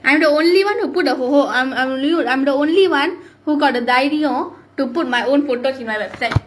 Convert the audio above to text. I'm the only one who put the how I'm I'm lou I'm the only one who got the idea or to put my own photos in my website